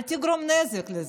אל תגרום נזק.